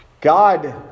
God